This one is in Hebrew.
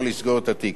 אך לעתים סגירת התיק,